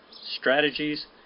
strategies